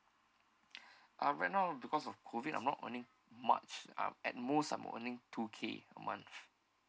uh right now because of COVID I'm not earning much um at most I'm earning two K a month